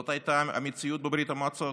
זאת הייתה המציאות בברית המועצות,